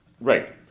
Right